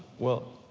well,